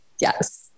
Yes